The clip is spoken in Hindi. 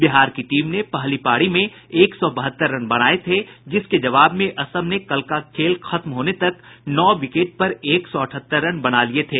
बिहार की टीम ने पहली पारी में एक सौ बहत्तर रन बनाये थे जिसके जवाब में असम ने कल का खेल खत्म होने तक नौ विकेट पर एक सौ अठहत्तर रन बना लिये थे